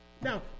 Now